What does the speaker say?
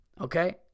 Okay